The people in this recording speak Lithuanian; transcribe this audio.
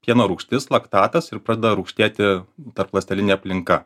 pieno rūgštis laktatas ir pradeda rūgštėti tarpląstelinė aplinka